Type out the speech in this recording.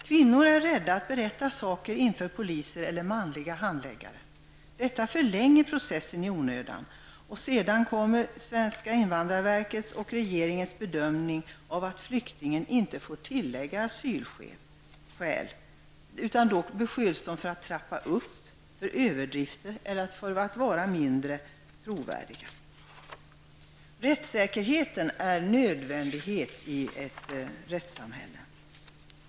Kvinnor är rädda att berätta saker inför poliser eller manliga handläggare. Detta förlänger processen i onödan. Till detta kommer invandrarverkets och regeringens bedömning, att flyktingen inte får tillägga asylskäl -- då beskylls han eller hon för att trappa upp, för att överdriva eller för att vara mindre trovärdig. Rättssäkerheten är en nödvändighet i ett rättssamhälle.